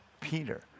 Peter